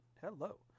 Hello